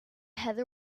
heather